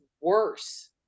worse